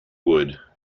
wood